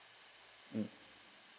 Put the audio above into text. mm